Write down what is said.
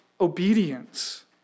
obedience